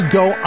go